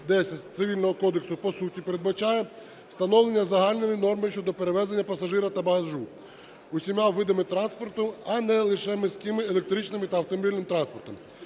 910 Цивільного кодексу по суті передбачається встановлення загальної норми щодо перевезення пасажира та багажу усіма видами транспорту, а не лише міським електричним та автомобільним транспортом.